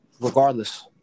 Regardless